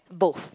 boht